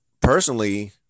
personally